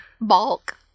Bulk